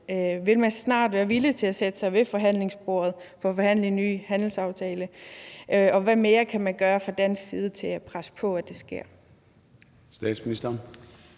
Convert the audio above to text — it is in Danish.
vil man snart være villig til at sætte sig til forhandlingsbordet og forhandle en ny handelsaftale, og hvad kan man mere gøre fra dansk side for at presse på for, at det sker?